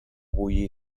bullir